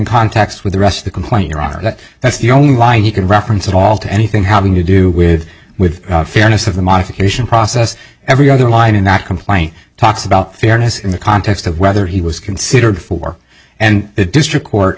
context with the rest of the complaint your honor that that's the only line you can reference at all to anything having to do with with fairness of the modification process every other line in that complaint talks about fairness in the context of whether he was considered for and the district court